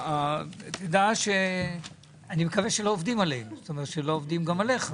אני מקווה שלא עובדים עלינו ולא עובדים עליך.